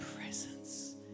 presence